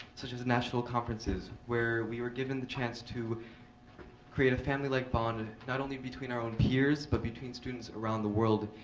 such as national conferences, where we were given the chance to create a family like bond, not only between our own peers, but between students around the world,